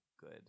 good